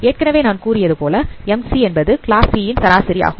ஏற்கனவே நான் கூறியதுபோல m c என்பது கிளாஸ் C ன் சராசரி ஆகும்